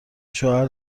شوهر